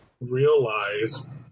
realize